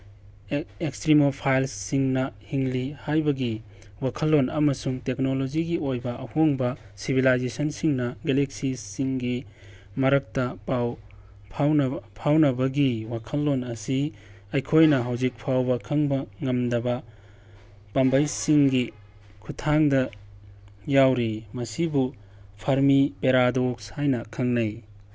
ꯑꯦꯛꯁꯀ꯭ꯔꯤꯃꯣꯐꯥꯏꯜꯁꯤꯡꯅ ꯍꯤꯡꯂꯤ ꯍꯥꯏꯕꯒꯤ ꯋꯥꯈꯜꯂꯣꯟ ꯑꯃꯁꯨꯡ ꯇꯦꯀꯅꯣꯂꯣꯖꯤꯒꯤ ꯑꯣꯏꯕ ꯑꯍꯣꯡꯕ ꯁꯤꯕꯤꯂꯥꯏꯖꯦꯁꯟꯁꯤꯡꯅ ꯒꯦꯂꯦꯛꯁꯤꯁꯁꯤꯡꯒꯤ ꯃꯔꯛꯇ ꯄꯥꯎ ꯐꯥꯎꯅꯕꯒꯤ ꯋꯥꯈꯜꯂꯣꯟ ꯑꯁꯤ ꯑꯩꯈꯣꯏꯅ ꯍꯧꯖꯤꯛ ꯐꯥꯎꯕ ꯈꯪꯕ ꯉꯝꯗꯕ ꯄꯥꯝꯕꯩꯁꯤꯡꯒꯤ ꯈꯨꯊꯥꯡꯗ ꯌꯥꯎꯔꯤ ꯃꯁꯤꯕꯨ ꯐꯔꯃꯤ ꯄꯦꯔꯥꯗꯣꯛꯁ ꯍꯥꯏꯅ ꯈꯪꯅꯩ